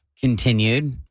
continued